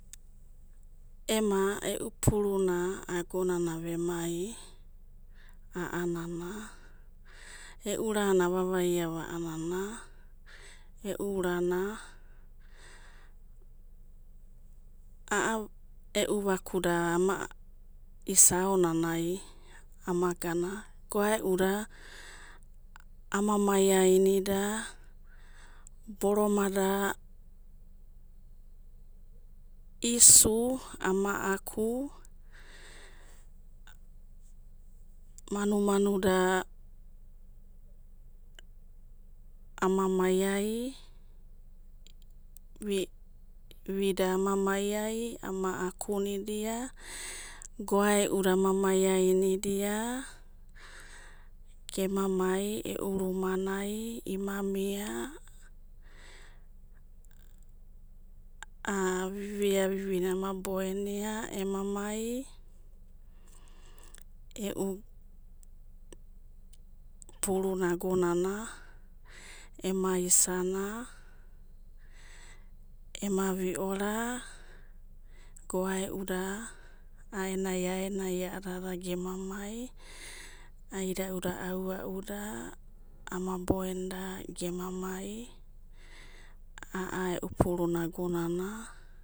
Ema e'u puruna agonana emai, a'anana, e'u nana ava'vaiava a'anana, e'u urana a'a e'u vakuda ama isa'aonanai, ama gana goeu'da ama mai'ainida boroma'da, isu ama aku, manu manuda, ama mai'ai vi'da ama maiai, ama akinida, goaeu'da ama mai'ai nida ema mai e'u rumanai, imamia a'a avi'vi- avi'vina ama boenia, ema mai, e'u pururna agonana, ema isana, ema viora, goaeda aenai aenai gemamai aida'uda, aua'uda ama boenida ema'mai a'a e'u puruna agonana.